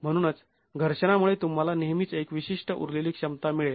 म्हणूनच घर्षणामुळे तुम्हाला नेहमीच एक विशिष्ट उरलेली क्षमता मिळेल